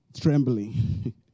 trembling